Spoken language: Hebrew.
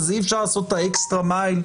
אז אי-אפשר לעשות את האקסטרה מייל?